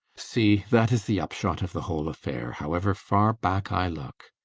see, that is the upshot of the whole affair, however far back i look.